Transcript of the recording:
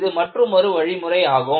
இது மற்றுமொரு வழிமுறையாகும்